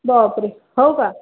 बाप रे हो का